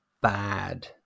bad